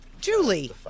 Julie